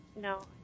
No